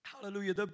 Hallelujah